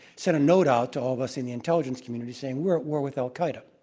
sent a note out to all of us in the intelligence community, saying we're at war with al-qaeda.